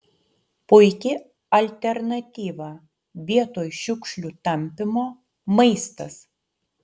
puiki alternatyva vietoj šiukšlių tampymo maistas